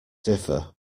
differ